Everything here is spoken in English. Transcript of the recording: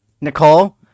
Nicole